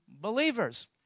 believers